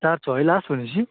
चार सौ है लास्ट भनेपछि